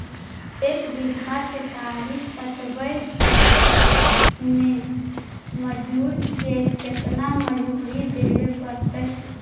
एक बिघा केतारी कटबाबे में मजुर के केतना मजुरि देबे पड़तै?